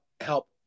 help